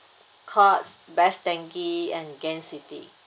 courts best denki and gain city